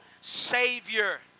Savior